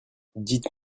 dites